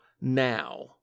now